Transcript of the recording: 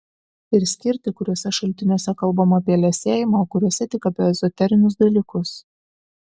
ir skirti kuriuose šaltiniuose kalbama apie liesėjimą o kuriuose tik apie ezoterinius dalykus